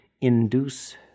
induce